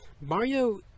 Mario